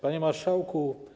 Panie Marszałku!